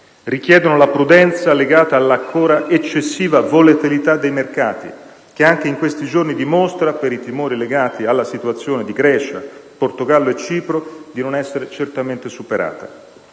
Richiedono la prudenza legata all'ancora eccessiva volatilità dei mercati, che anche in questi giorni dimostra, per i timori legati alla situazione di Grecia, Portogallo e Cipro, di non essere certamente superata.